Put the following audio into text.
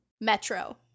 Metro